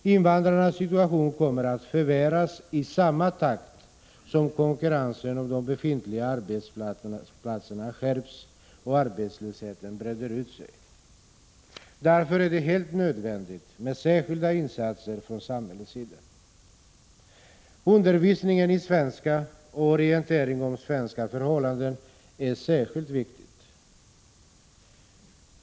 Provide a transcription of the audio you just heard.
Invandrarnas situation kommer att förvärras i samma takt som konkurrensen om de befintliga arbetsplatserna skärps och arbetslösheten breder ut sig. Därför är det helt nödvändigt med särskilda insatser från samhällets sida. Undervisning i svenska och orientering om svenska förhållanden är särskilt viktigt.